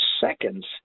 seconds